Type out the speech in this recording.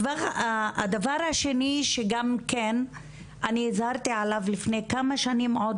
והדבר השני שגם כן אני הזהרתי עליו לפני כמה שנים עוד